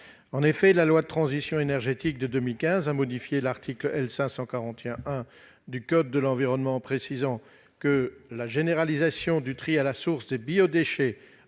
En effet, la loi pour la transition énergétique de 2015 a modifié l'article L. 541-1 du code de l'environnement, en précisant que la généralisation du tri à la source des biodéchets